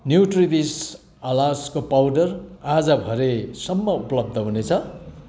न्युट्रिविस आलसको पाउडर आज भरेसम्म उपलब्ध हुनेछ